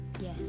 Yes